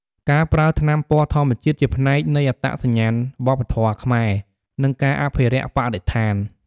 ការប្រើថ្នាំពណ៌ធម្មជាតិជាផ្នែកនៃអត្តសញ្ញាណវប្បធម៌ខ្មែរ និងការអភិរក្សបរិស្ថាន។